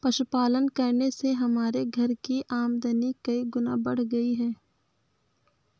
पशुपालन करने से हमारे घर की आमदनी कई गुना बढ़ गई है